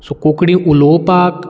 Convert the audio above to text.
so Konkani उलोवपाक